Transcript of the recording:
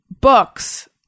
books